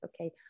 okay